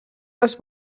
els